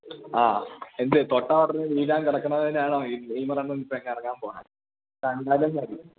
ആ എന്ത് തൊട്ടാല് ഉടനേ വീഴാന് കിടക്കുന്നതിനാണോ ഈ നെയ്മറണ്ണൻ ഇപ്പോള് ഇങ്ങിറങ്ങാന് പോകുന്നത് കണ്ടാലും മതി